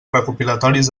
recopilatoris